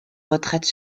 retraite